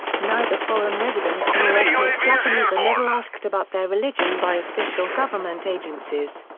neither foreign residents nor ethnic japanese are never asked about their religion by official government agencies.